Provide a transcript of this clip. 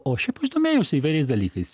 o šiaip aš domėjausi įvairiais dalykais